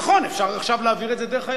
נכון, אפשר עכשיו להעביר את זה דרך היבשה.